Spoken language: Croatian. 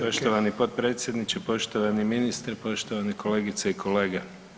Poštovani potpredsjedniče, poštovani ministre, poštovane kolegice i kolege.